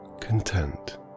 content